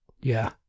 Yeah